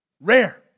Rare